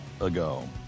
ago